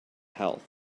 health